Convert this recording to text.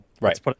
Right